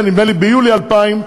נדמה לי שביולי 2000,